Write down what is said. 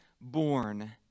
born